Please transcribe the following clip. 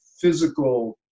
physical